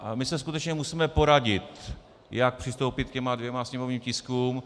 A my se skutečně musíme poradit, jak přistoupit k těm dvěma sněmovním tiskům.